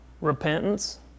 Repentance